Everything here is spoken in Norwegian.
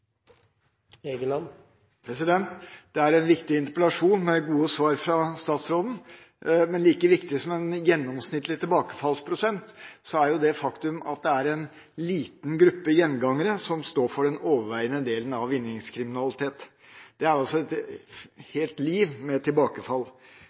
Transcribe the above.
en viktig interpellasjon, med gode svar fra statsråden, men like viktig som en gjennomsnittlig tilbakefallsprosent er det faktum at det er en liten gruppe gjengangere som står for den overveiende delen av vinningskriminaliteten. Det er altså et